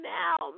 now